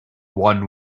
won